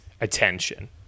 attention